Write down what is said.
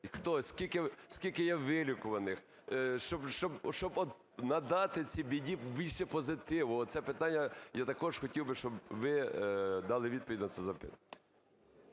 Щоб скільки є вилікуваних, щоб надати цій біді більше позитиву, оце питання я також хотів би, щоб ви дали відповідь на це запитання.